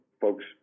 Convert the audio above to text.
folks